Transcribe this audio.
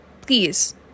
please